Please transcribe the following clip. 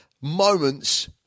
moments